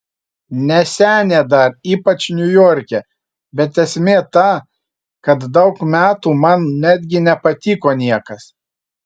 ne senė dar ypač niujorke bet esmė ta kad daug metų man netgi nepatiko niekas